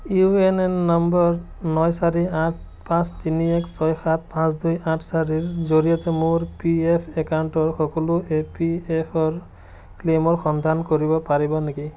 U N N number নই চাৰি আঠ পাঁচ তিনি এক ছয় সাত পাঁচ দুই আঠ চাৰিৰ জৰিয়তে মোৰ পি এফ একাউণ্টৰ সকলো এ পি এফ অ'ৰ ক্লেইমৰ সন্ধান কৰিব পাৰিব নেকি